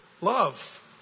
love